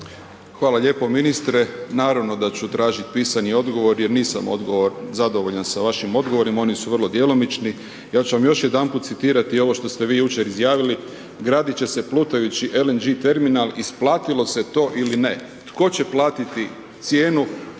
Hvala lijepo ministre, naravno da ću tražiti pisani odgovor jer nisam zadovoljan sa vašim odgovorima, oni su vrlo djelomični. Ja ću vam još jedanput citirati ovo što ste vi jučer izjavili, gradit će se plutajući LNG terminal, isplatilo se to ili ne. Tko će platiti cijenu